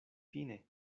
fine